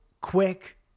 quick